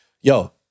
yo